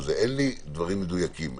אין לי דברים מדויקים,